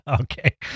Okay